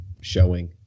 showing